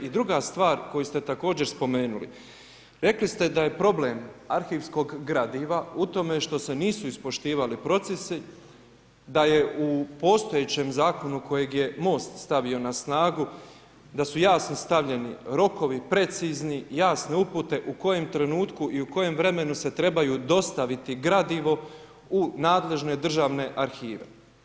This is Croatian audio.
I druga stvar koju ste također spomenuli, rekli ste da je problem arhivskog gradiva u tome što se nisu ispoštivali procesi, da je u postojećem zakonu, kojeg je Most stavio na snagu, da su jasno stavljeni, rokovi, precizni, jasne upute u kojem trenutku i u kojem vremenu se trebaju dostaviti gradivo u nadležne državne arhive.